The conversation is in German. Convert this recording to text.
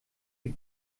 die